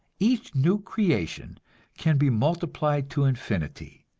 each new creation can be multiplied to infinity,